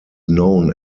known